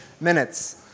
minutes